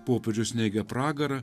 popiežius neigia pragarą